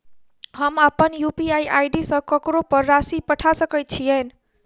हम अप्पन UPI ID सँ ककरो पर राशि पठा सकैत छीयैन?